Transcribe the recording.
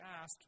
asked